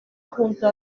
junto